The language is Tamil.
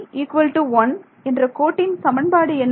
uv1 என்ற கோட்டின் சமன்பாடு என்ன